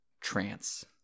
trance